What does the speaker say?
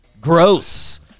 Gross